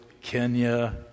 Kenya